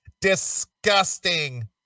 Disgusting